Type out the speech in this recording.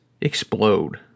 explode